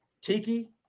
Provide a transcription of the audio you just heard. Tiki